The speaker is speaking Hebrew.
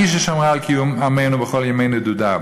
היא ששמרה על קיום עמנו בכל ימי נדודיו.